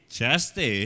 chaste